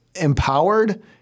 empowered